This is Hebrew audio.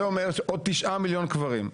זה אומר עוד 9 מיליון קברים.